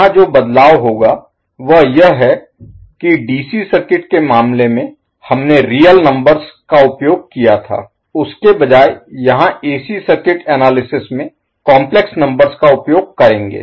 यहाँ जो बदलाव होगा वह यह है की डीसी सर्किट के मामले में हमने रियल नंबर्स का उपयोग किया था उसके बजाय यहां एसी सर्किट एनालिसिस विश्लेषण Analysis में काम्प्लेक्स नंबर्स का उपयोग करेंगे